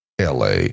LA